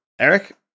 Eric